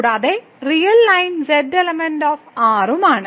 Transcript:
കൂടാതെ real line z∈R ഉം ആണ്